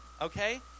Okay